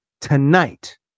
tonight